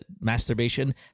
masturbation